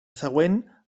següent